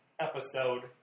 episode